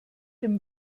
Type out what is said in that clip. dem